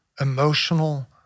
emotional